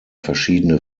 verschiedene